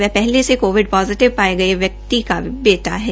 वह पहले से कोविड पोजिटिव पाये गये व्यक्ति का बेटा है